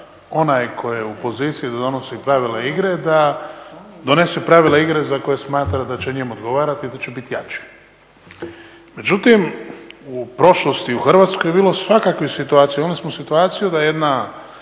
onaj tko je u poziciji da donosi pravila igre da donese pravila igre za koje smatra da će njemu odgovarati i da će biti jači. Međutim, u prošlosti u Hrvatskoj je bilo svakakvih situacija. Imali smo situaciju da je jedna